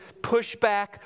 pushback